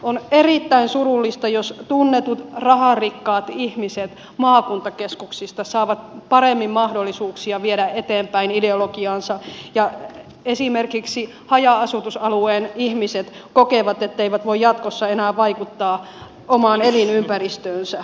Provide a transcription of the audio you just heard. on erittäin surullista jos tunnetut raharikkaat ihmiset maakuntakeskuksista saavat paremmin mahdollisuuksia viedä eteenpäin ideologiaansa ja esimerkiksi haja asutusalueen ihmiset kokevat etteivät voi jatkossa enää vaikuttaa omaan elinympäristöönsä